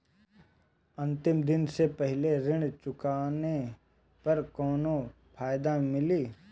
अंतिम दिन से पहले ऋण चुकाने पर कौनो फायदा मिली?